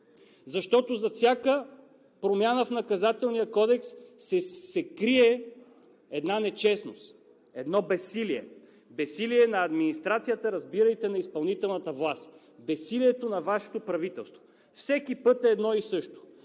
Защото зад всяка промяна в Наказателния кодекс се крие една нечестност, едно безсилие – безсилие на администрацията, разбирайте на изпълнителната власт, безсилието на Вашето правителство! Всеки път е едно и също.